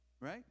Right